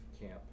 camp